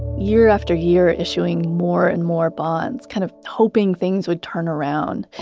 year after year issuing more and more bonds, kind of hoping things would turn around.